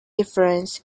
difference